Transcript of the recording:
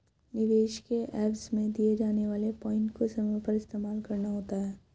निवेश के एवज में दिए जाने वाले पॉइंट को समय पर इस्तेमाल करना होता है